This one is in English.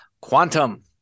quantum